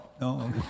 No